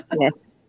Yes